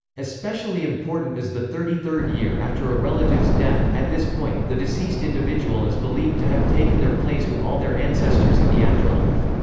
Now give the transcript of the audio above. especially important is the thirty-third year after a relative's death at this point, the deceased individual is believed to have taken their place with all their ancestors in the afterlife.